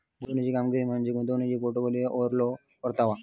गुंतवणुकीची कामगिरी म्हणजे गुंतवणूक पोर्टफोलिओवरलो परतावा